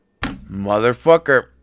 motherfucker